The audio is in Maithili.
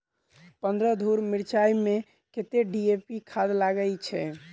पन्द्रह धूर मिर्चाई मे कत्ते डी.ए.पी खाद लगय छै?